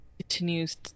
continues